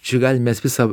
čia galim mes visą